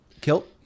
Kilt